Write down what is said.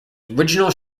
original